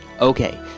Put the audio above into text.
Okay